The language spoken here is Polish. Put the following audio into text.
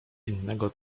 innego